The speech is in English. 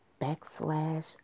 backslash